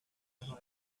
him